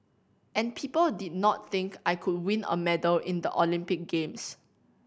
and people did not think I could win a medal in the Olympic games